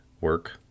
work